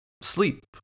sleep